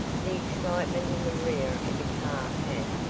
the excitement in the rear of the car had,